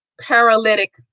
paralytic